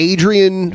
Adrian